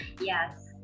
Yes